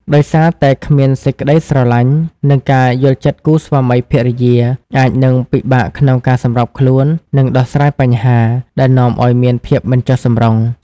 ដោយសារតែគ្មានសេចក្តីស្រលាញ់ និងការយល់ចិត្តគូស្វាមីភរិយាអាចនឹងពិបាកក្នុងការសម្របខ្លួន និងដោះស្រាយបញ្ហា ដែលនាំឱ្យមានភាពមិនចុះសម្រុង។